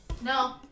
No